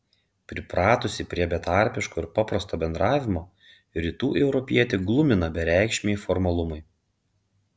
pripratusį prie betarpiško ir paprasto bendravimo rytų europietį glumina bereikšmiai formalumai